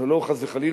שלא, חס וחלילה,